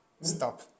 Stop